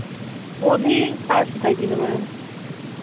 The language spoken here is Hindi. गोभी साठ रुपया किलो मैम